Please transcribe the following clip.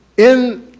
in,